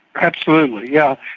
absolutely, yeah